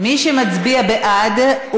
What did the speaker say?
מי שמצביע בעד,